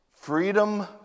freedom